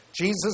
Jesus